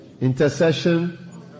Intercession